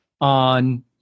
on